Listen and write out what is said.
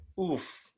Oof